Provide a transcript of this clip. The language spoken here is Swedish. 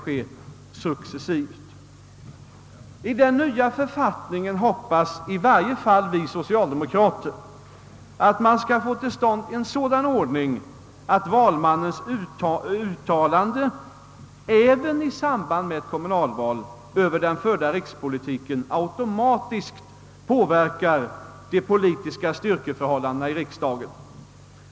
I den nya författningen hoppas i varje fall vi socialdemokrater att man skall få till stånd en sådan ordning att valmannens uttalande, även i samband med kommunalval, över den förda rikspolitiken automatiskt påverkar de po litiska styrkeförhållandena i riksdagen.